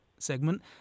segment